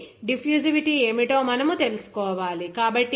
కాబట్టి డిఫ్యూసివిటీ ఏమిటో మనము తెలుసుకోవాలి